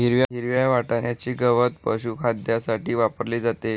हिरव्या वाटण्याचे गवत पशुखाद्यासाठी वापरले जाते